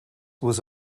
was